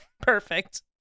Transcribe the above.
Perfect